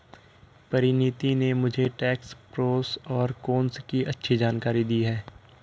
परिनीति ने मुझे tax pros और कोन्स की अच्छी जानकारी दी है